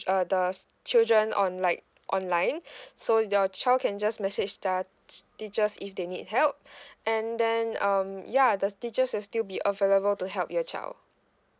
err the children on like online so your child can just message their teac~ teachers if they need help and then um ya the teachers will still be available to help your child